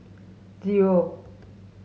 zero